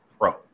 pro